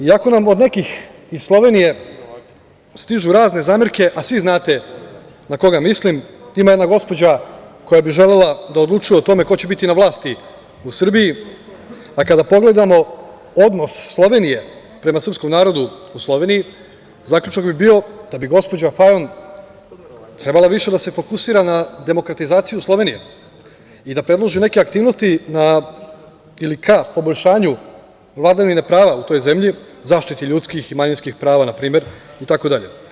Iako nam od nekih iz Slovenije stižu razne zamerke, a svi znate na koga mislim, ima jedna gospođa koja bi želela da odlučuje o tome ko će biti na vlasti u Srbiji, a kada pogledamo odnos Slovenije prema srpskom narodu u Sloveniji, zaključak bi bio da bi gospođa Fajon trebala više da se fokusira na demokratizaciju Slovenije i da predloži neke aktivnosti ka poboljšanju vladavine prava u toj zemlji, zaštiti ljudskih i manjinskih prava, na primer, itd.